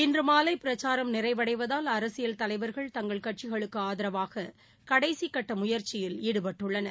இன்று மாலை பிரச்சாரம் நிறைவடைவதால் அரசியல் தலைவர்கள் தங்கள் கட்சிகளுக்கு ஆதரவாக கடைசி கட்ட முயற்சியில் ஈடுபட்டுள்ளனர்